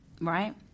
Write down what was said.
right